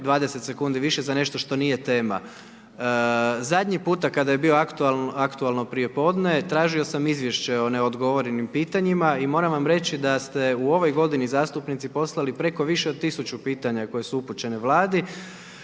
20 sekundi više za nešto što nije tema. Zadnji puta kada je bilo aktualno prijepodne, tražio sam izvješće o neodgovorenim pitanjima i moram vam reći da ste u ovoj godini zastupnici poslali preko više od 1000 pitanja koje su upućene Vladi,